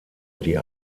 die